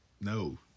no